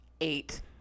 Eight